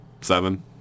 seven